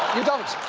you don't. ah,